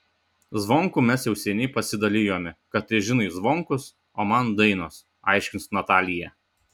zvonkų mes jau seniai pasidalijome katažinai zvonkus o man dainos aiškins natalija